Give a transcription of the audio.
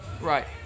Right